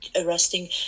arresting